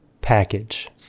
package